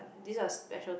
these are special